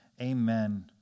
Amen